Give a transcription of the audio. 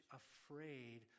afraid